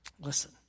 listen